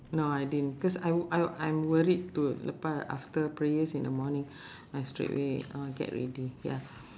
no I didn't cause I I I'm worried to lepas after prayers in the morning I straight away uh get ready ya